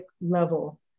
level